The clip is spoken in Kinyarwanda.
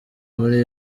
muri